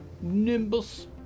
Nimbus